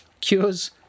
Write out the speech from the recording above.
cures